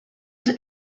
was